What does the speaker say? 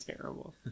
terrible